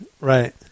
Right